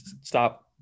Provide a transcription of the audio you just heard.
stop